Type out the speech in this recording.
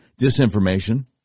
disinformation